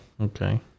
Okay